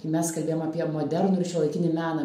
kai mes kalbėjom apie modernų ir šiuolaikinį meną